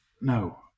No